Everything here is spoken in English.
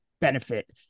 benefit